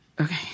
Okay